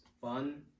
fun